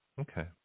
Okay